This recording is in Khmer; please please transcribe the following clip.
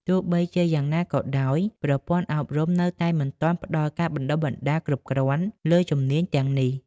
ទោះបីជាយ៉ាងណាក៏ដោយ ប្រព័ន្ធអប់រំនៅតែមិនទាន់ផ្តល់ការបណ្តុះបណ្តាលគ្រប់គ្រាន់លើជំនាញទាំងនេះ។